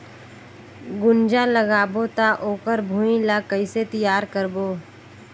गुनजा लगाबो ता ओकर भुईं ला कइसे तियार करबो?